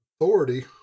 Authority